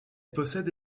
possède